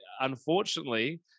unfortunately